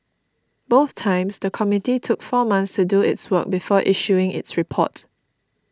both times the committee took four months to do its work before issuing its report